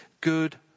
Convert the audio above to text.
good